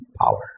power